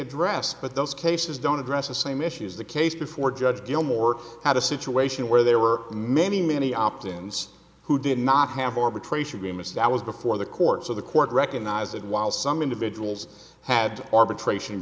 addressed but those cases don't address the same issues the case before judge gilmore had a situation where there were many many options who did not have arbitration bemis that was before the court so the court recognized that while some individuals had arbitration